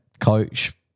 coach